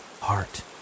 heart